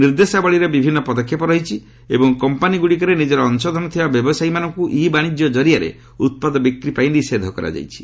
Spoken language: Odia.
ନିର୍ଦ୍ଦେଶାବଳୀରେ ବିଭିନ୍ନ ପଦକ୍ଷେପ ରହିଛି ଏବଂ କମ୍ପାନୀଗୁଡ଼ିକରେ ନିଜର ଅଂଶଧନ ଥିବା ବ୍ୟବସାୟୀମାନଙ୍କୁ ଇ ବାଶିଜ୍ୟ କରିଆରେ ଉତ୍ପାଦ ବିକ୍ରି ପାଇଁ ନିଷେଧ କରାଯାଇଛି